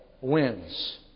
wins